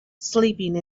sleeping